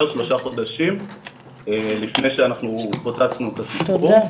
שלושה חודשים לפני שאנחנו פוצצנו את הסיפור,